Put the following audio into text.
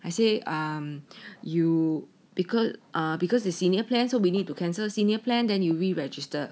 I say um because ah because the senior plans we need to cancel senior plan then you re-register